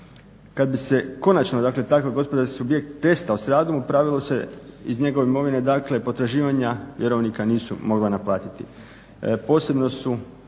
Kad bi se konačno dakle takav gospodarski subjekt prestao s radom u pravilu se iz njegove imovine, dakle potraživanja vjerovnika nisu mogla naplatiti.